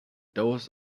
those